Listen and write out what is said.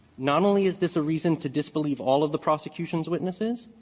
not only is this a reason to disbelieve all of the prosecution's witnesses,